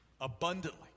Abundantly